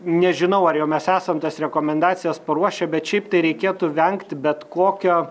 nežinau ar jau mes esam tas rekomendacijas paruošę bet šiaip tai reikėtų vengti bet kokio